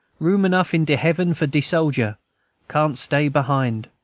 room enough in de heaven for de sojer can't stay behind!